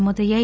నమోదయ్యాయి